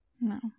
No